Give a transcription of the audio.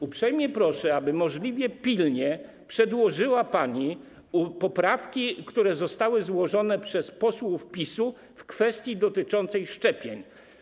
Uprzejmie proszę, aby możliwie pilnie przedłożyła pani poprawki, które zostały złożone przez posłów PiS w kwestii dotyczącej szczepień.